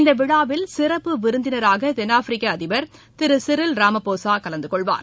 இந்த விழாவில் சிறப்பு விருந்தினராக கென்னாப்ரிக்க அதிபர் திரு சிறில் ராமபோஸா கலந்து கொள்வார்